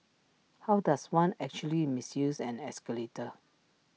how does one actually misuse an escalator